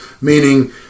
meaning